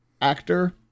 actor